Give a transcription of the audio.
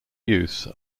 use